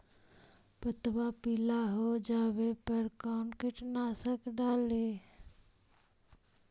पतबा पिला हो जाबे पर कौन कीटनाशक डाली?